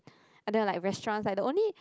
and then like restaurants like the only